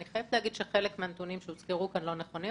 אני חייבת להגיד שחלק מהנתונים שהוזכרו כאן לא נכונים,